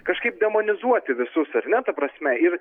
kažkaip demonizuoti visus ar ne ta prasme ir